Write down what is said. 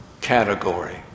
category